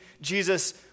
Jesus